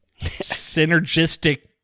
synergistic